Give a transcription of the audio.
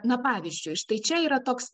na pavyzdžiui štai čia yra toks